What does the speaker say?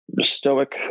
stoic